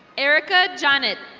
erica jannet.